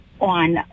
on